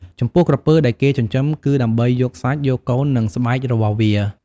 ចំពោះក្រពើដែលគេចិញ្ចឹម គឺដើម្បីយកសាច់ យកកូន និងស្បែករបស់វា។